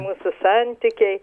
mūsų santykiai